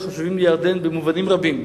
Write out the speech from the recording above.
חשובים לירדן במובנים רבים,